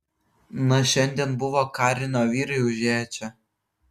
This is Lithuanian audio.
na šiandien buvo karinio vyrai užėję čia